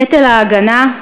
נטל ההגנה,